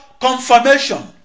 confirmation